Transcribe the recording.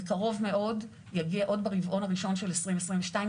בקרוב מאוד יגיע עוד ברבעון הראשון של 2022,